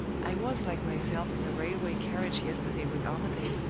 i was like myself in the railway carriage yesterday with armadale.